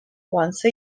once